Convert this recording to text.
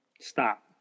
Stop